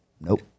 Nope